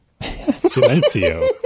Silencio